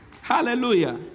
Hallelujah